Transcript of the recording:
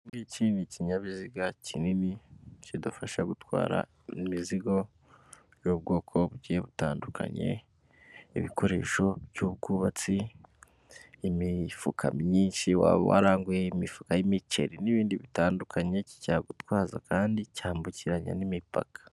Ikindi ikindi kinyabiziga kinini kidufasha gutwara imizigo y'ubwoko butandukanye; ibikoresho by'ubwubatsi, imifuka myinshi waba waranguye imifuka y'imikeri n'ibindi bitandukanye cyagutwaza kandi cyambukiranya n'imipaka.